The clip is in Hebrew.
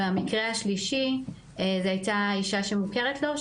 המקרה השלישי זו הייתה אישה שמוכרת לו,